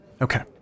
Okay